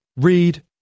read